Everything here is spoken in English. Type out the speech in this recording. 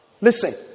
listen